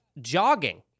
jogging